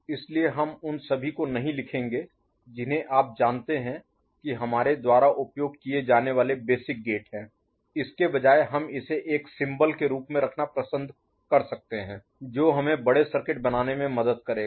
इसलिए हम उन सभी को नहीं लिखेंगे जिन्हें आप जानते हैं कि हमारे द्वारा उपयोग किए जाने वाले बेसिक गेट हैं इसके बजाय हम इसे एक सिंबल Symbol प्रतीक के रूप में रखना पसंद कर सकते हैं जो हमें बड़े सर्किट बनाने में मदद करेगा